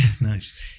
nice